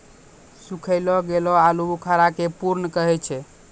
सुखैलो गेलो आलूबुखारा के प्रून कहै छै